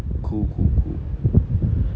cool cool cool